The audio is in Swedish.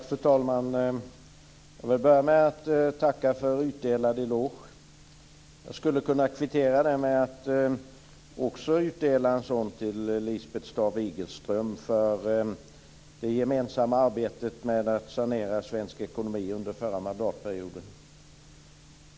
Fru talman! Jag vill börja med att tacka för utdelad eloge. Jag skulle kunna kvittera med att också utdela en sådan till Lisbeth Staaf-Igelström för det gemensamma arbetet med att sanera svensk ekonomi under förra mandatperioden.